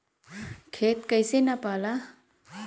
खेत कैसे नपाला?